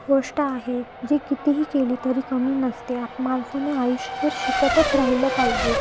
गोष्ट आहे जी कितीही केली तरी कमी नसते आप माणसाने आयुष्यभर शिकतच राहिलं पाहिजे